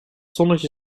zonnetje